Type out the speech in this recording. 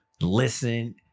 listen